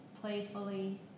playfully